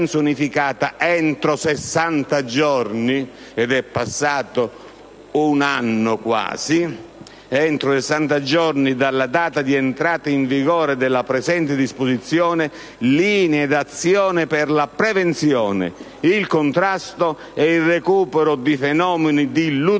un anno - dalla data di entrata in vigore di quella disposizione, linee d'azione per la prevenzione, il contrasto e il recupero di fenomeni di ludopatia